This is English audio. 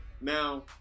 now